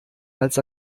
als